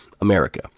america